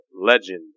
Legend